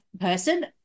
person